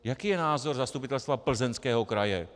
Jaký je názor Zastupitelstva Plzeňského kraje?